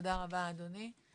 תודה רבה, אדוני.